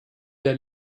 der